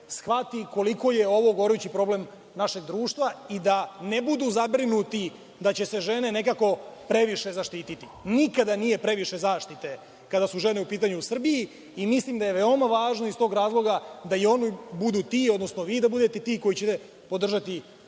shvati koliko je ovo gorući problem našeg društva i da ne budu zabrinuti da će se žene nekako previše zaštiti. Nikada nije previše zaštite kada su žene u pitanju u Srbiji i mislim da je veoma važno iz tog razloga da i oni budu ti, odnosno vi da budete ti koji ćete podržati